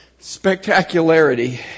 spectacularity